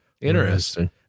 Interesting